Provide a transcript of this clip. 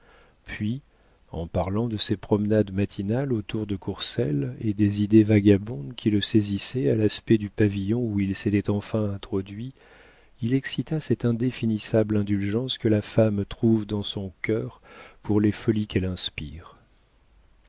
puis en parlant de ses promenades matinales autour de courcelles et des idées vagabondes qui le saisissaient à l'aspect du pavillon où il s'était enfin introduit il excita cette indéfinissable indulgence que la femme trouve dans son cœur pour les folies qu'elle inspire